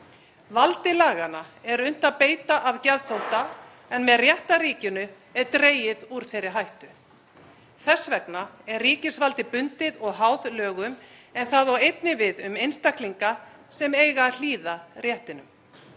Valdi laganna er unnt að beita af geðþótta en með réttarríkinu er dregið úr þeirri hættu. Þess vegna er ríkisvaldið bundið og háð lögum en það á einnig við um einstaklinga sem eiga að hlýða réttinum.